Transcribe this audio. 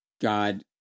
God